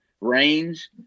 range